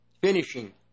finishing